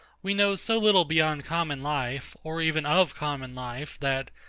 we know so little beyond common life, or even of common life, that,